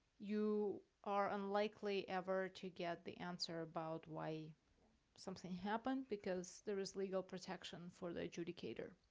you are unlikely ever to get the answer about why something happened, because there is legal protection for the adjudicator.